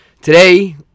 Today